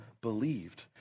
believed